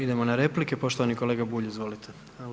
Idemo na replike, poštovani kolega Bulj, izvolite.